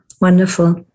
Wonderful